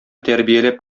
тәрбияләп